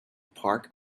park